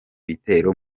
bitero